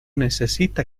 necesita